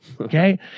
okay